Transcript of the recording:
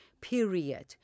period